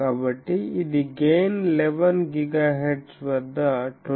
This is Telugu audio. కాబట్టి ఇది గెయిన్ 11 GHz వద్ద 22